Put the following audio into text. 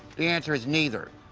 the answer is neither.